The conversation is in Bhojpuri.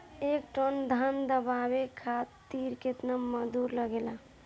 एक टन धान दवावे खातीर केतना मजदुर लागेला?